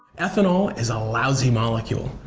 ethanol is a lousy molecule.